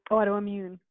Autoimmune